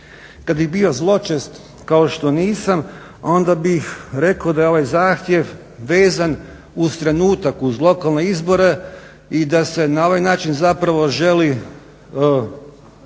Kada bih bio zločest kao što nisam onda bih rekao da je ovaj zahtjev vezan uz trenutak uz lokalne izbore i da se na ovaj način zapravo želi